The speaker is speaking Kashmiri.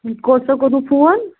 یہ کوٛت سا کرو فون